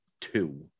two